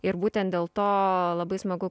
ir būtent dėl to labai smagu